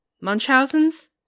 Munchausen's